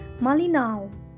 malinao